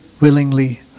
willingly